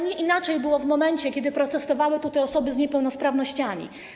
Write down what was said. Nie inaczej było w momencie, kiedy protestowały tutaj osoby z niepełnosprawnościami.